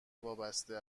وابسته